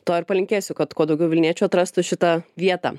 to ir palinkėsiu kad kuo daugiau vilniečių atrastų šitą vietą